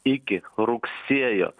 iki rugsėjo